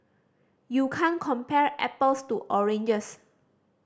you can't compare apples to oranges